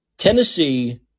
Tennessee